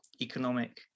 economic